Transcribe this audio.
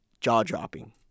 jaw-dropping